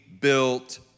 built